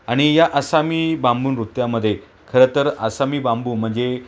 आणि या आसामी बांबूनृत्यामध्ये खरं तर आसामी बांबू म्हणजे